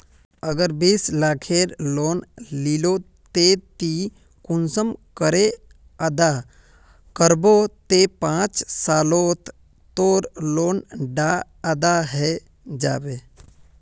अगर बीस लाखेर लोन लिलो ते ती कुंसम करे अदा करबो ते पाँच सालोत तोर लोन डा अदा है जाबे?